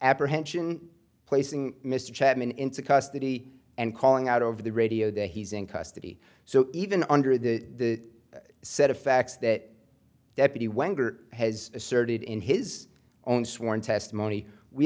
apprehension placing mr chapman into custody and calling out over the radio that he's in custody so even under the set of facts that deputy wenger has asserted in his own sworn testimony we